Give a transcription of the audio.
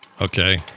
Okay